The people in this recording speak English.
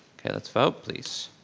okay, let's vote please.